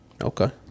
Okay